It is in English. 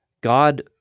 God